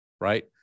right